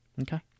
Okay